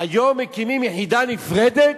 היום מקימים יחידה נפרדת,